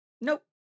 nope